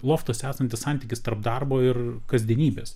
loftas esantis santykis tarp darbo ir kasdienybės